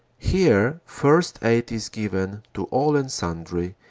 here first aid is given to all and sundry,